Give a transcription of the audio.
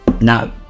No